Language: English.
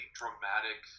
dramatic